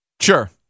Sure